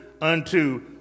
unto